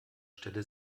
stelle